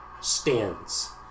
stands